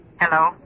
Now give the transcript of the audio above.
Hello